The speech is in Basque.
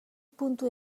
puntu